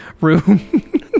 room